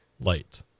light